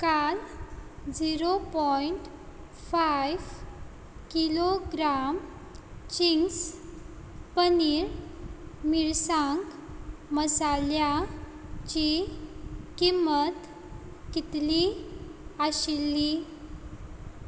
काल zero point five kilogram Ching's paneer मिरसांग मसाल्याची किंमत कितली आशिल्ली